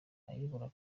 ayoboye